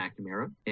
McNamara